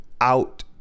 out